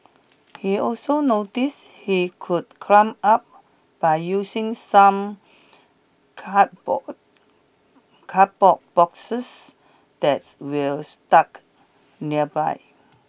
he also noticed he could climb up by using some cardboard cardboard boxes that's were stuck nearby